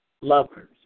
lovers